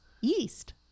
Yeast